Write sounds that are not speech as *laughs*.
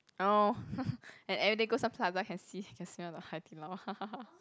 orh *laughs* and everyday go Sun Plaza can see can smell the Hai-Di-Lao *laughs*